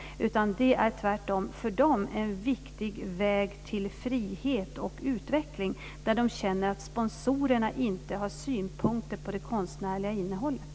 Det är tvärtom för dem en viktig väg till frihet och utveckling där de känner att sponsorerna inte har synpunkter på det konstnärliga innehållet.